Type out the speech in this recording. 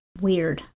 weird